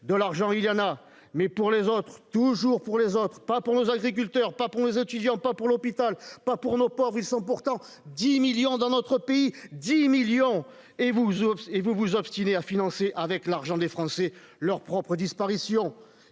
de l'argent il y en a, mais pour les autres, toujours pour les autres, pas pour nos agriculteurs, pas pour les étudiants, pas pour l'hôpital, pas pour nos ports, ils sont pourtant 10 millions dans notre pays 10 millions et vous aussi, et vous vous obstinez à financer avec l'argent des Français, leurs propres disparition